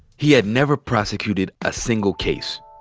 he had never prosecuted a single case.